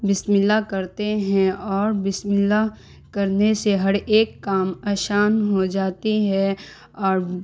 بسم اللہ کرتے ہیں اور بسم اللہ کرنے سے ہر ایک کام آسان ہو جاتی ہے اور